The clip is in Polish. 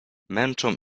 męczą